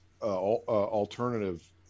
alternative